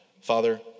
Father